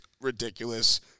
ridiculous